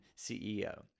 CEO